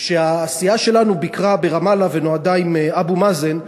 כשהסיעה שלנו ביקרה ברמאללה ונועדה עם אבו מאזן,